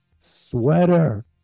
sweater